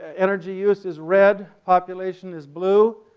energy use is red, population is blue,